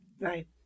Right